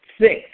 Six